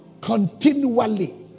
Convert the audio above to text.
continually